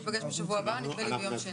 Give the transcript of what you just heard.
אז אנחנו ניפגש בשבוע הבא, נדמה לי ביום שני.